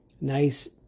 Nice